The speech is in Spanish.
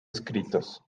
escritos